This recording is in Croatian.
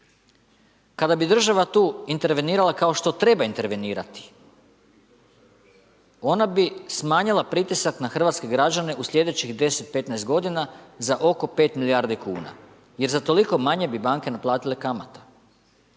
Kada bi država tu intervenirala, kao što treba intervenirati, ona bi smanjila pritisak na hrvatske građane u sljedećih 10, 15 godina za oko 5 milijarde kuna jer za toliko manje bi banke naplatile kamate.